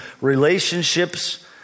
relationships